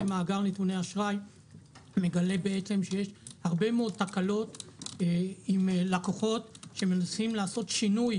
מאגר נתוני אשראי מגלה שיש הרבה מאד תקלות עם לקוחות שנמסים לעשות שינוי